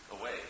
away